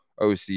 OC